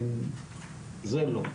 זה לא.